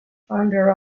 founder